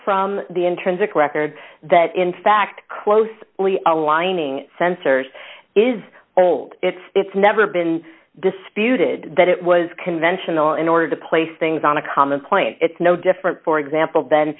from the intrinsic record that in fact close ally ning sensors is old it's never been disputed that it was conventional in order to place things on a common point it's no different for example th